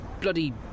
bloody